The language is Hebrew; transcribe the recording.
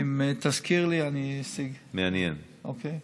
אם תזכיר לי אני אשיג, אוקיי?